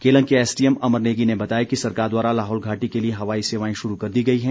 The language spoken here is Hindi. केलंग के एसडीएम अमर नेगी ने बताया कि सरकार द्वारा लाहौल घाटी के लिए हवाई सेवाए शुरू कर दी गई हैं